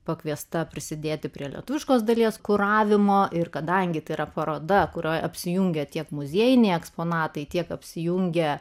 pakviesta prisidėti prie lietuviškos dalies kuravimo ir kadangi tai yra paroda kurioje apsijungia tiek muziejiniai eksponatai tiek apsijungę